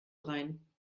rein